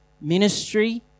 ministry